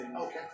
Okay